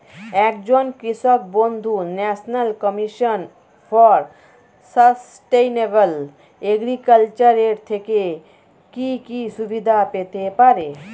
একজন কৃষক বন্ধু national commission for sustainable agriculture এর থেকে কি কি সুবিধা পেতে পারে?